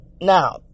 Now